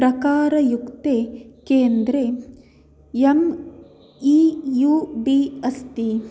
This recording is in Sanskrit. प्रकारयुक्ते केन्द्रे यम ई यू डी अस्ति